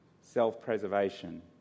Self-preservation